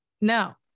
No